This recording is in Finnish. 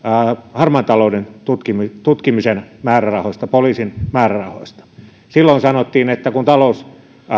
harmaan talouden tutkimisen tutkimisen määrärahoista poliisin määrärahoista silloin sanottiin että kun talous